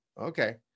Okay